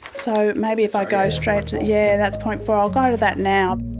so maybe, if i go straight to, yeah, that's point four, i'll go to that now.